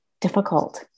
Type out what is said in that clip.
difficult